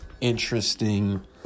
interesting